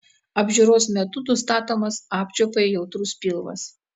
apžiūros metu nustatomas apčiuopai jautrus pilvas